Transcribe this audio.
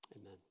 Amen